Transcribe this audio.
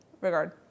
regard